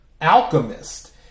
alchemist